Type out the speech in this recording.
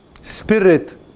Spirit